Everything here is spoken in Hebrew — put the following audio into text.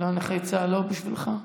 נכי צה"ל זה לא בשבילך?